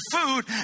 food